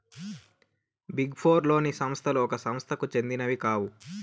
big four లోని సంస్థలు ఒక సంస్థకు సెందినవి కావు